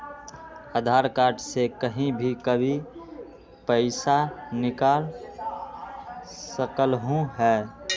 आधार card से कहीं भी कभी पईसा निकाल सकलहु ह?